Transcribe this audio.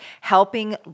helping